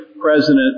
President